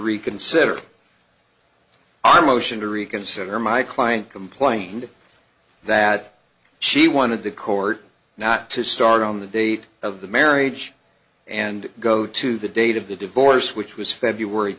reconsider a motion to reconsider my client complained that she wanted the court not to start on the date of the marriage and go to the date of the divorce which was february